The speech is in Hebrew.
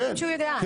כן.